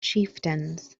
chieftains